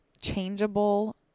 changeable